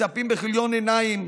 מצפים בכיליון עיניים,